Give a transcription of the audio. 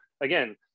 again